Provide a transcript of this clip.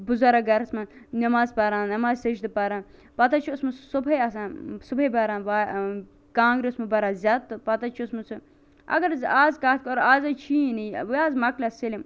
بُزرگ گَرَس مَنٛز نیٚماز پَران نیٚماز سٔجدٕ پَران پَتہٕ حظ چھُ اوسمُت صُبحٲے آسان صُبحٲے بَران کانٛگرٕ اوسمُت بَران زیٚتہٕ تہٕ پَتہٕ حظ چھُ اوسمُت سُہ اگرحظ آز کتھ کٔر آز حظ چھُیی نہٕ یہِ آز موٚکلیو سٲلِم